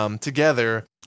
together